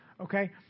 okay